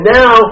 now